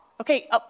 Okay